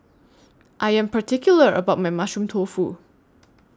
I Am particular about My Mushroom Tofu